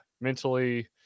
mentally